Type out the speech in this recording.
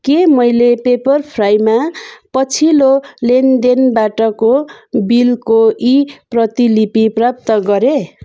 के मैले पेप्परफ्राईमा पछिल्लो लेनदेनबाटको बिलको ई प्रतिलिपि प्राप्त गरेँ